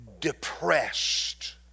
depressed